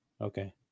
Okay